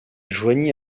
joignit